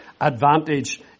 advantage